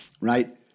right